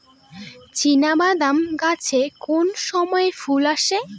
চিনাবাদাম গাছে কোন সময়ে ফুল আসে?